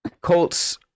Colts